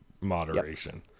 moderation